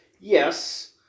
yes